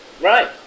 Right